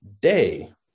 day